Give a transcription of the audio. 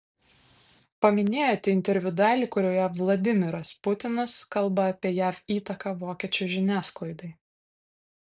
paminėjote interviu dalį kurioje vladimiras putinas kalba apie jav įtaką vokiečių žiniasklaidai